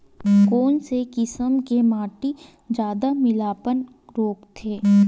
कोन से किसम के माटी ज्यादा गीलापन रोकथे?